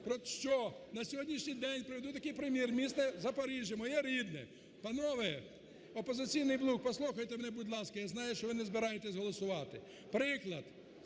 те, що на сьогоднішній день, приведу такий примір, місто Запоріжжя, моє рідне. Панове, "Опозиційний блок", послухайте мене, будь ласка, я знаю, що ви не збираєтесь голосувати. Приклад.